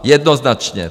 Jednoznačně.